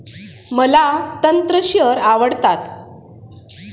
मला तंत्र शेअर आवडतात